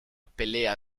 pelea